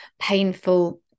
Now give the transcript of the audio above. painful